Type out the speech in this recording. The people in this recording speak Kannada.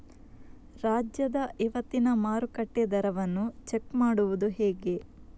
ರಾಜ್ಯದ ಇವತ್ತಿನ ಮಾರುಕಟ್ಟೆ ದರವನ್ನ ಚೆಕ್ ಮಾಡುವುದು ಹೇಗೆ?